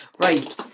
Right